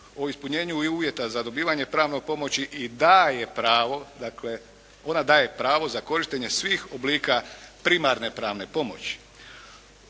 o ispunjenju uvjeta za dobivanje pravne pomoći i daje pravo, dakle, ona daje pravo za korištenje svih oblika primarne pravne pomoći.